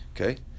Okay